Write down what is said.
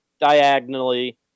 diagonally